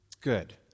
Good